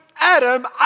Adam